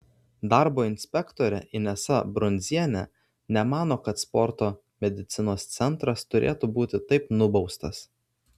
darbo inspektorė inesa brundzienė nemano kad sporto medicinos centras turėtų būti taip nubaustas